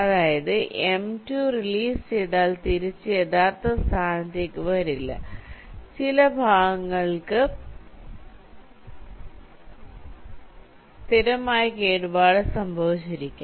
അതായത് m2 release ചെയ്താൽ തിരിച്ച് യഥാർത്ഥ സ്ഥാനത്തേക്ക് വരില്ല ചില ഭാഗങ്ങൾക്ക് സ്ഥിരമായ കേടുപാട് സംഭവിച്ചിരിക്കാം